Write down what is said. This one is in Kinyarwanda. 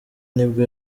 nibwo